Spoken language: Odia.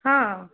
ହଁ